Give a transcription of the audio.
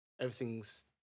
everything's